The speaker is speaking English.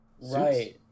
right